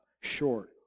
short